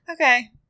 Okay